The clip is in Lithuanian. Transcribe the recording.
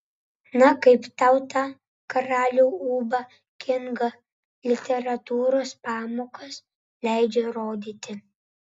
na kaip tau tą karalių ūbą kingą literatūros pamokas leidžia rodyti